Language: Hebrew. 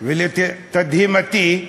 ולתדהמתי,